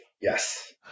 Yes